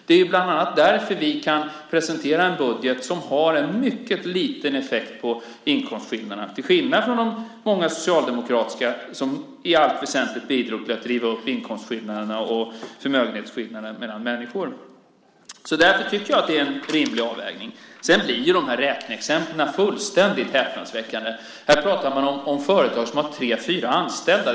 Det är bland annat därför som vi kan presentera en budget som har en mycket liten effekt på inkomstskillnaderna, till skillnad från de många socialdemokratiska som i allt väsentligt bidrog till att öka inkomstskillnaderna och förmögenhetsskillnaderna mellan människor. Därför tycker jag att det är en rimlig avvägning. Sedan blir dessa räkneexempel fullständigt häpnadsväckande. Här talar man om företag som har tre fyra anställda.